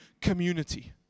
community